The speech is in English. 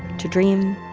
to dream,